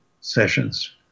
sessions